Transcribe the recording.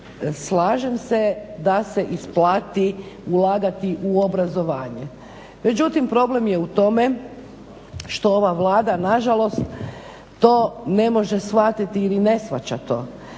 slažem se da se isplati ulagati u obrazovanje. Međutim problem je u tome što ova Vlada nažalost to ne može shvatiti ili ne shvaća to